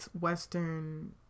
Western